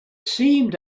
seemed